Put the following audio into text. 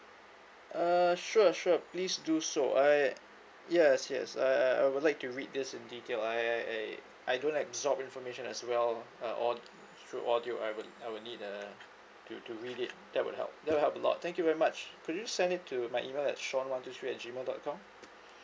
uh sure sure please do so I yes yes I I I would like to read this in detail I I I I don't like absorb information as well uh all the through audio I would I would need uh to to read it that would help that would help a lot thank you very much could you send it to my email at sean one two three at G mail dot com